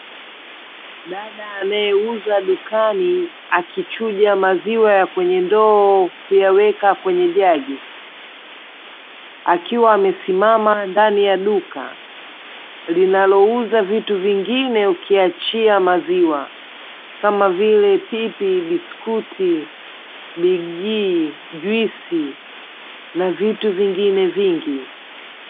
Dada anayeuza dukani akichuja maziwa ya kwenye ndoo kuyaweka kwenye jagi, akiwa amesimama ndani ya duka linalouza vitu vingine ukiachia maziwa kama vile: pipi, biskuti, bigjii, juisi na vitu vingine vingi.